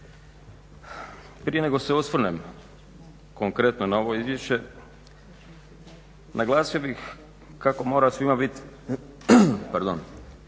Prije nego se osvrnem konkretno na ovo izvješće naglasio bih kako mora svima biti jasno